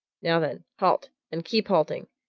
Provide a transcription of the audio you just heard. now then, halt and keep halting!